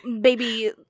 Baby